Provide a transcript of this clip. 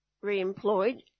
re-employed